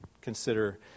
consider